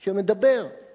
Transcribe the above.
באמת שמדבר על